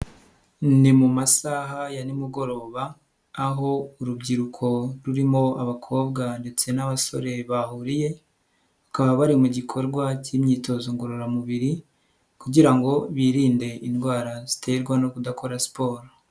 Ni mu masaha ya ni mugoroba aho urubyiruko rurimo abakobwa ndetse n'abasore bahuriye, bakaba bari mu gikorwa cy'imyitozo ngororamubiri kugira ngo birinde indwara ziterwa no kudakora siporo.